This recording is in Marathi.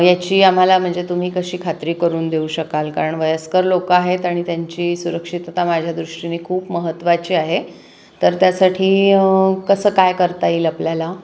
याची आम्हाला म्हणजे तुम्ही कशी खात्री करून देऊ शकाल कारण वयस्कर लोक आहेत आणि त्यांची सुरक्षितता माझ्या दृष्टीने खूप महत्त्वाची आहे तर त्यासाठी कसं काय करता येईल आपल्याला